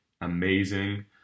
amazing